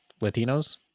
Latinos